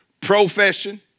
profession